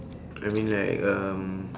I mean like um